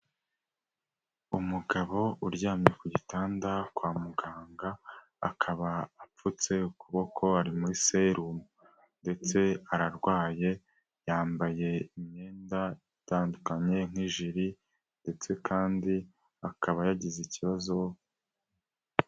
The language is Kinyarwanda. Umugabo uryamye ku gitanda kwa muganga, akaba apfutse ukuboko ari muri serumu ndetse ararwaye yambaye imyenda itandukanye nk'ijiri ndetse kandi akaba yagize ikibazo.